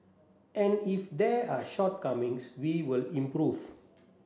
and if there are shortcomings we will improve